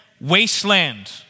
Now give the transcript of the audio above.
wasteland